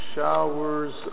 Showers